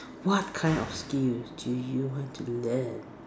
what kind of skills do you want to learn